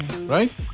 right